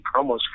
promos